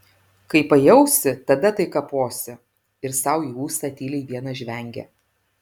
kai pajausi tada tai kaposi ir sau į ūsą tyliai vienas žvengia